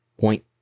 point